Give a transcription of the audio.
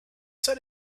said